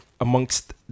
amongst